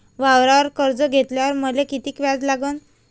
वावरावर कर्ज घेतल्यावर मले कितीक व्याज लागन?